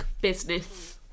business